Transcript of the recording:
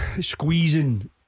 squeezing